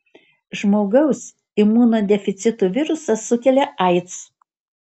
žmogaus imunodeficito virusas sukelia aids